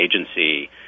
agency